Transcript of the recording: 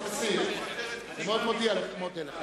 אתה מסיר, אני מאוד מודה לך.